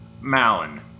Malin